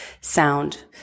sound